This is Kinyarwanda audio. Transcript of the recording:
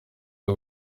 bwo